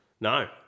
no